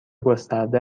گسترده